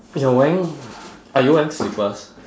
you're wearing are you wearing slippers